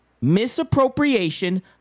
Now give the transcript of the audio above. Misappropriation